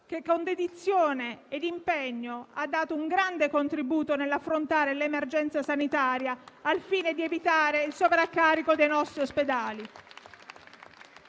che, con dedizione ed impegno, ha dato un grande contributo nell'affrontare l'emergenza sanitaria, al fine di evitare il sovraccarico dei nostri ospedali.